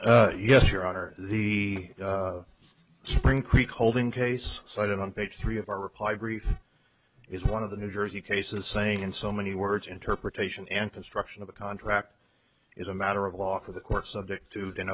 along yes your honor the spring creek holding case cited on page three of our reply brief is one of the new jersey cases saying in so many words interpretation and construction of the contract is a matter of law for the court subject to th